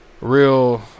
real